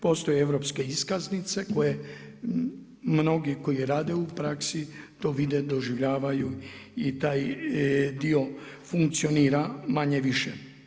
Postoje europske iskaznice koje mnogi koji rade u praksi to vide, doživljavaju i taj dio funkcionira manje-više.